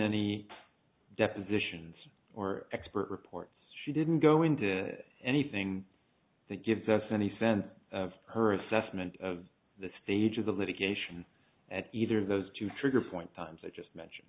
any depositions or expert reports she didn't go into anything that gives us any sense of her assessment of the stage of the litigation at either of those two trigger point plans i just mentioned